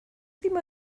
ddim